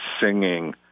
singing